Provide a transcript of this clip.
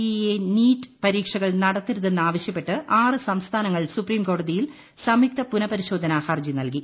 E NEET പരീക്ഷകൾ നടത്തരുതെന്ന് ആവശ്യപ്പെട്ട് ആറ് സംസ്ഥാനങ്ങൾ സുപ്രീം കോടതിയിൽ സംയുക്ത പുനഃപരിശോധന ഹർജി നൽകി